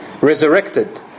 resurrected